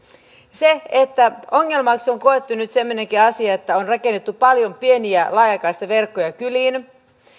ongelmaksi on koettu nyt semmoinenkin asia että on rakennettu paljon pieniä laajakaistaverkkoja kyliin niitä